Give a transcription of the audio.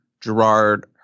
Gerard